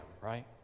right